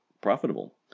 profitable